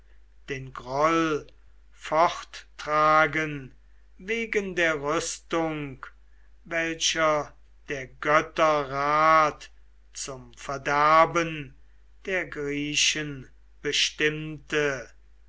den groll forttragen wegen der rüstung welche der götter rat zum verderben der griechen bestimmte